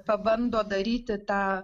pabando daryti tą